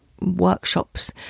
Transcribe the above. Workshops